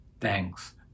Thanks